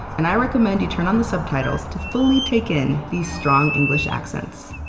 and i recommend you turn on the subtitles to fully take in these strong english accents